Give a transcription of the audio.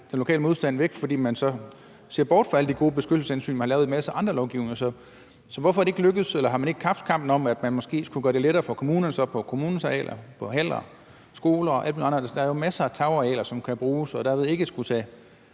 den lokale modstand, i forhold til at man så ser bort fra alle de gode beskyttelseshensyn, man lavede i en masse andre lovgivninger, væk. Så hvorfor er det ikke lykkedes? Eller har man ikke haft kampen om, at man måske skulle gøre det lettere for kommunerne på kommunens arealer, på haller, skoler og alle mulige andre steder. Der er jo masser af tagarealer, som kan bruges, så man derved ikke skulle tage